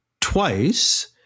twice